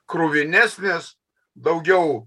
kruvinesnės daugiau